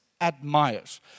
admires